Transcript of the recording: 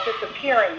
disappearing